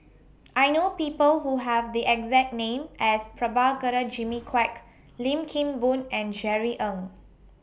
I know People Who Have The exact name as Prabhakara Jimmy Quek Lim Kim Boon and Jerry Ng